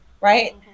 right